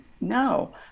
No